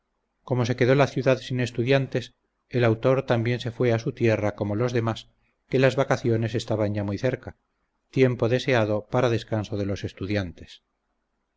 como se quedó la ciudad sin estudiantes el autor también se fue a su tierra como los demás que las vacaciones estaban ya muy cerca tiempo deseado para descanso de los estudiantes